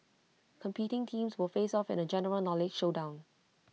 competing teams will face off in A general knowledge showdown